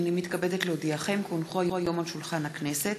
הנני מתכבדת להודיעכם כי הונחו היום על שולחן הכנסת,